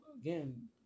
again